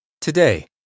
Today